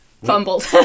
Fumbled